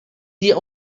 die